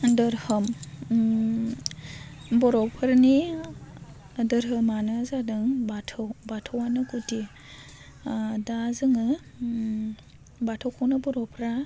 दोहोरोम बर'फोरनि दोहोरोमानो जादों बाथौ बाथौआनो गुदि दा जोङो बाथौखौनो बर'फ्रा